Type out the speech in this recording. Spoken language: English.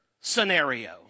scenario